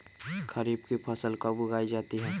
खरीफ की फसल कब उगाई जाती है?